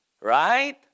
right